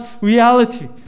reality